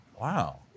Wow